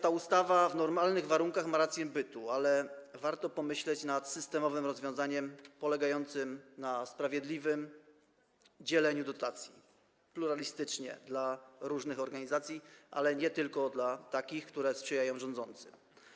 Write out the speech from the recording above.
Ta ustawa w normalnych warunkach ma rację bytu, ale warto pomyśleć nad systemowym rozwiązaniem polegającym na sprawiedliwym dzieleniu dotacji, pluralistycznie dla różnych organizacji, a nie tylko dla takich, które sprzyjają rządzącym.